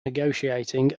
negotiating